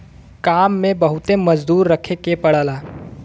काम में बहुते मजदूर रखे के पड़ला